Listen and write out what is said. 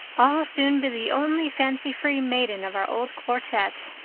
i'll soon be the only fancy-free maiden of our old quartet,